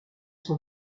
son